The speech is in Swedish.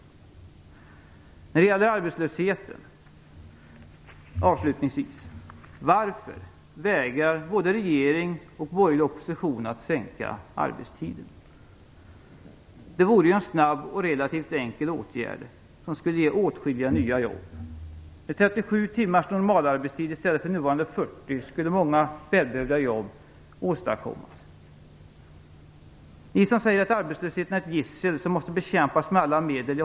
Avslutningsvis undrar jag, när det gäller arbetslösheten, varför både regeringen och den borgerliga oppositionen vägrar att sänka arbetstiden. Det vore ju en snabb och relativt enkel åtgärd som skulle ge åtskilliga nya jobb. Med 37 timmars normalarbetstid i stället för nuvarande 40 skulle många välbehövliga jobb åstadkommas. Jag håller med er som säger att arbetslösheten är ett gissel som måste bekämpas med alla medel.